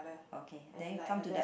okay then you come to that